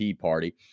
party